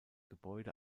gebäude